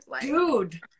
Dude